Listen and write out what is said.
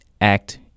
act